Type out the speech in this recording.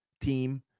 team